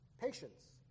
patience